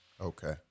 Okay